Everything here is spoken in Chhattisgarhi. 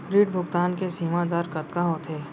ऋण भुगतान के सीमा दर कतका होथे?